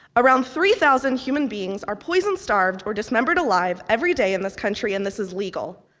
around three thousand human beings are poisoned, starved, or dismembered alive every day in this country and this is legal.